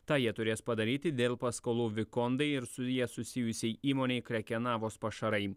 tą jie turės padaryti dėl paskolų vikondai ir su ja susijusiai įmonei krekenavos pašarai